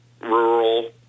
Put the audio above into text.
rural